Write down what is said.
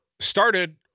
started